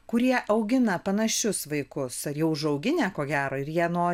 kurie augina panašius vaikus ar jau užauginę ko gero ir jie nori